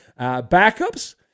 Backups